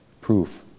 proof